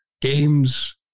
Games